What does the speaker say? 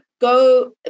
go